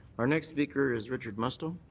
our next speaker is richard mustel.